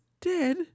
dead